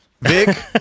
Vic